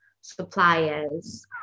suppliers